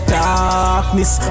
Darkness